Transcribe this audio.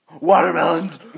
Watermelons